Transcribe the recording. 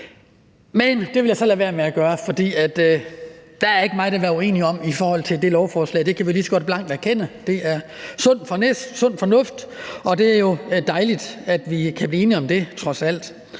Men det vil jeg lade være med at gøre, for der er ikke meget at være uenig om i forhold til det lovforslag; det kan vi lige så godt blankt erkende – det er sund fornuft. Og det er jo dejligt, at vi kan blive enige om det trods alt.